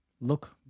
look